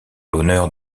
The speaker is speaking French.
l’honneur